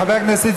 חבריי חברי הכנסת,